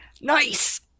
Nice